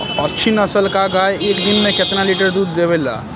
अच्छी नस्ल क गाय एक दिन में केतना लीटर दूध देवे ला?